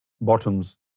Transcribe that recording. bottoms